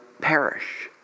Perish